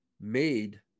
made